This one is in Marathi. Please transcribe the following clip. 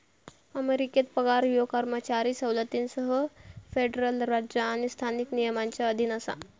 अमेरिकेत पगार ह्यो कर्मचारी सवलतींसह फेडरल राज्य आणि स्थानिक नियमांच्या अधीन असा